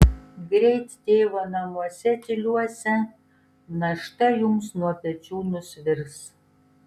greit tėvo namuose tyliuose našta jums nuo pečių nusvirs